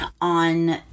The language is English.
on